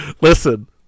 Listen